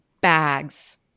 bags